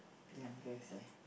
ya I guess eh